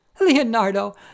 Leonardo